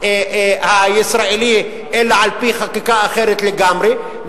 הישראלי אלא על-פי חקיקה אחרת לגמרי,